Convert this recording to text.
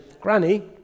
Granny